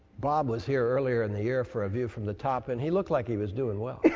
bob was here earlier in the year for a view from the top, and he looked like he was doing well.